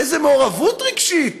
איזו מעורבות רגשית,